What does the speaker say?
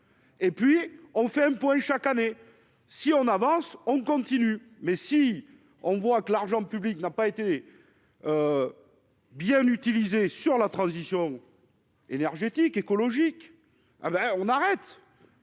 Et puis on fait un point chaque année si on avance, on continue, mais si on voit que l'argent public n'a pas été. Bien utilisé sur la transition. énergétique écologique ah ben on arrête.